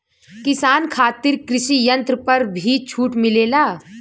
किसान खातिर कृषि यंत्र पर भी छूट मिलेला?